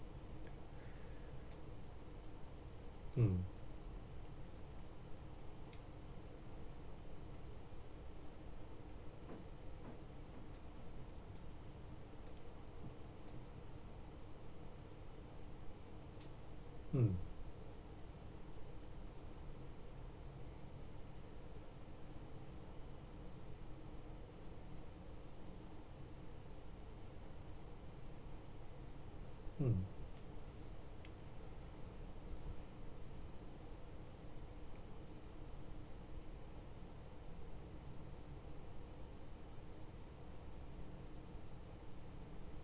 mm mm mm